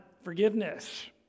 forgiveness